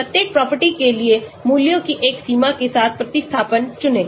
प्रत्येक प्रॉपर्टी के लिए मूल्यों की एक सीमा के साथ प्रतिस्थापन चुनें